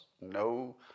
no